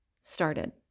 started